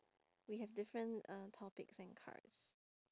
we have different uh topics and cards